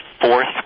fourth